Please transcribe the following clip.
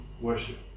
worship